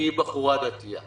כי היא בחורה דתייה